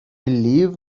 leave